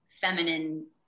feminine